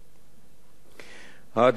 "האדם אינו אלא קרקע ארץ קטנה,